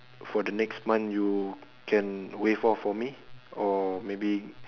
for the next month you can waive off for me or maybe